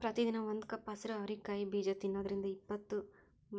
ಪ್ರತಿದಿನ ಒಂದು ಕಪ್ ಹಸಿರು ಅವರಿ ಕಾಯಿ ಬೇಜ ತಿನ್ನೋದ್ರಿಂದ ಇಪ್ಪತ್ತು